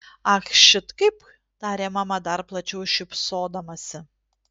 ach šit kaip tarė mama dar plačiau šypsodamasi